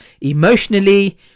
emotionally